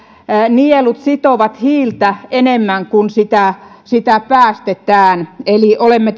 nielut sitovat hiiltä enemmän kuin sitä päästetään eli olemme